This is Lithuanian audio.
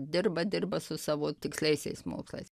dirba dirba su savo tiksliaisiais mokslais